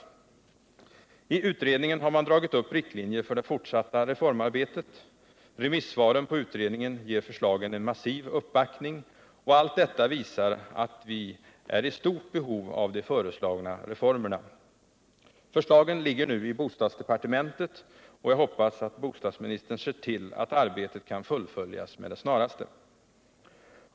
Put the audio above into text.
I utredningen har man dragit upp riktlinjer för det fortsatta reformarbetet. Remissvaren på utredningen ger förslagen en massiv uppbackning, och allt detta visar att vi är i stort behov av de föreslagna reformerna. Förslagen ligger nu i bostadsdepartementet, och jag hoppas att bostadsministern ser till att arbetet kan fullföljas med det snaraste.